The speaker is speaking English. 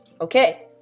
Okay